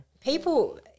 people